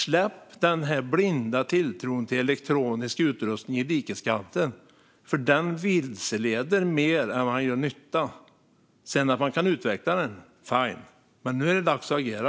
Släpp den blinda tilltron till elektronisk utrustning i dikeskanten, för den vilseleder mer än den gör nytta. Man kan utveckla den - fine. Men nu är det dags att agera.